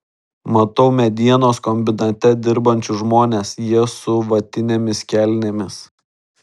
matau medienos kombinate dirbančius žmones jie su vatinėmis kelnėmis